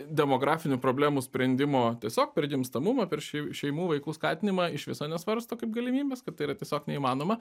demografinių problemų sprendimo tiesiog per gimstamumą per šei šeimų vaikų skatinimą iš viso nesvarsto kaip galimybės kad tai yra tiesiog neįmanoma